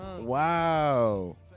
Wow